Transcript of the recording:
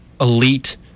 elite